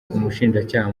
umushinjacyaha